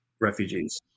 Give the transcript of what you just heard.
refugees